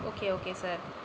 okay okay sir